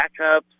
backups